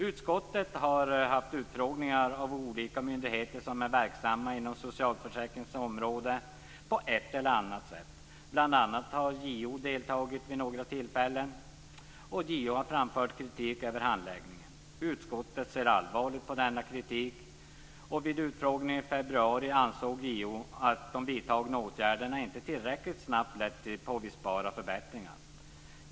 Utskottet har haft utfrågningar av olika myndigheter som på ett eller annat sätt är verksamma inom socialförsäkringens område. Bl.a. har JO deltagit vid några tillfällen, och JO har framfört kritik över handläggningarna. Utskottet ser allvarligt på denna kritik. Vid utfrågningen i februari i år ansåg JO att de vidtagna åtgärderna inte tillräckligt snabbt lett till påvisbara förbättringar.